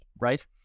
right